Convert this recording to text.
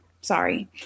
sorry